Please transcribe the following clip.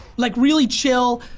like really chill,